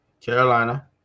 Carolina